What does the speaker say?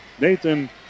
Nathan